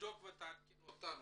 תבדוק ותעדכן אותנו.